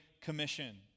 commission